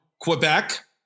Quebec